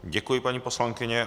Děkuji, paní poslankyně.